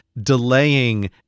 delaying